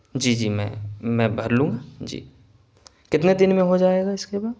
جی جی میں میں بھر لوں جی کتنے دن میں ہو جائے گا اس کے بعد